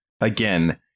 again